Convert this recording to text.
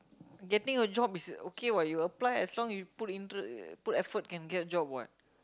getting a job is okay [what] you apply as long you put interest put effort can get job [what]